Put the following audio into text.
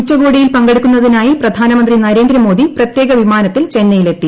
ഉച്ചകോടിയിൽ പങ്കെടുക്കുന്നതിനായി പ്രധാനമന്ത്രി ന്രെന്ദ്ര മോദി പ്രത്യേക വിമാനത്തിൽ ചെന്നൈയിലെത്തി